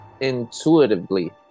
intuitively